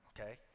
okay